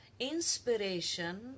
inspiration